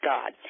God